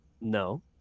No